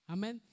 Amen